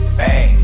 bang